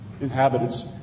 inhabitants